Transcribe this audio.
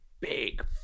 big